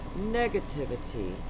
negativity